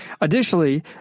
Additionally